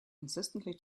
insistently